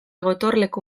gotorleku